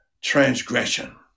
transgression